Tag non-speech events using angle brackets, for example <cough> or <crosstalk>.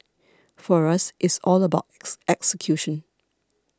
for us it's all about <noise> execution